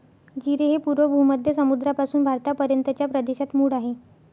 जीरे हे पूर्व भूमध्य समुद्रापासून भारतापर्यंतच्या प्रदेशात मूळ आहे